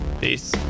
peace